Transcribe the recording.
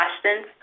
questions